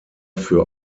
für